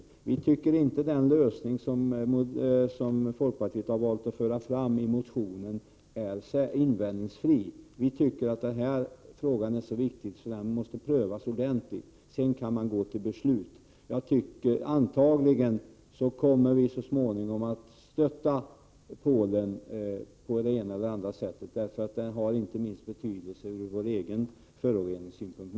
Men vi tycker inte den lösning som folkpartiet har valt att föra fram i motionen är invändningsfri. Vi tycker att denna fråga är så viktig att den måste prövas ordentligt. Sedan kan man gå till beslut. Antagligen kommer vi så småningom att stötta Polen på det ena eller andra sättet. Detta har inte minst betydelse ur vår egen föroreningssynpunkt.